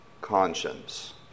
conscience